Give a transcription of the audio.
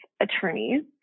attorneys